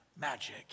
magic